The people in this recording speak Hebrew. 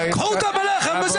קחו אותם אליכם.